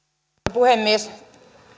puhemies